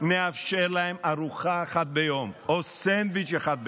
נאפשר להם ארוחה אחת ביום או סנדוויץ' אחד ביום.